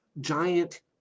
giant